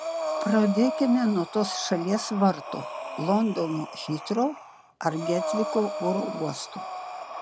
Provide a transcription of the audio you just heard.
pradėkime nuo tos šalies vartų londono hitrou ar getviko oro uostų